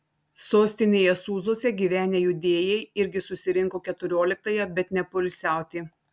sostinėje sūzuose gyvenę judėjai irgi susirinko keturioliktąją bet ne poilsiauti